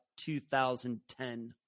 2010